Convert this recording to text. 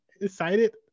excited